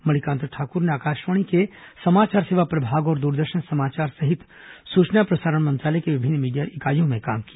मणिकांत ठाकुर ने आकाशवाणी के समाचार सेवा प्रभाग और दूरदर्शन समाचार सहित सूचना और प्रसारण मंत्रालय की विभिन्न मीडिया इकाईयों में काम किया